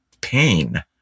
pain